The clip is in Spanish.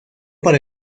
para